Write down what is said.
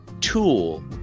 tool